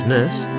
Nurse